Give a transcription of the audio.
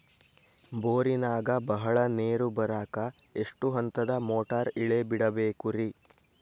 ಬೋರಿನಾಗ ಬಹಳ ನೇರು ಬರಾಕ ಎಷ್ಟು ಹಂತದ ಮೋಟಾರ್ ಇಳೆ ಬಿಡಬೇಕು ರಿ?